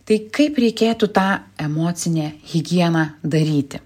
tai kaip reikėtų tą emocinę higieną daryti